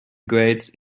grades